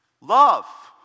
love